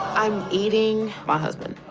i'm eating my husband.